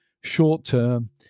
short-term